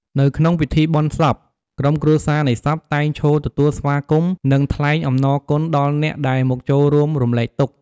នៅក្នុងពិធីបុណ្យសព ក្រុមគ្រួសារនៃសព តែងឈរទទួលស្វាគមន៍ និងថ្លែងអំណរគុណដល់អ្នកដែលមកចូលរួមរំលែកទុក្ខ។